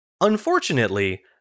Unfortunately